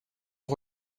aux